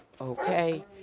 Okay